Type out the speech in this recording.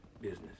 business